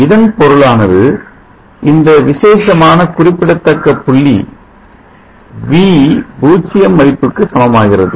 இதன் பொருளானது இந்த விசேஷமான குறிப்பிடத்தக்க புள்ளி V பூஜ்ஜியம் மதிப்புக்கு சமமாகிறது